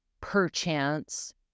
perchance